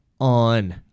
on